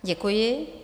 Děkuji.